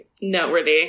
Noteworthy